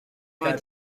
vingt